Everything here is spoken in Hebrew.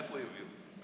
מאיפה יורידו?